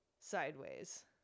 sideways